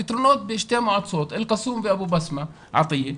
הפתרונות בשתי מועצות, אל קסום ואבו בסמה, עפייה.